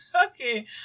Okay